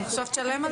שלום,